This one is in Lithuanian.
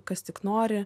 kas tik nori